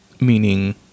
Meaning